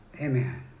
Amen